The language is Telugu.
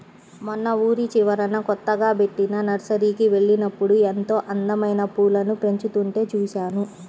మొన్న ఊరి చివరన కొత్తగా బెట్టిన నర్సరీకి వెళ్ళినప్పుడు ఎంతో అందమైన పూలను పెంచుతుంటే చూశాను